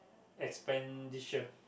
expenditure